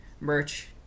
merch